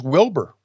Wilbur